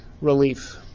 relief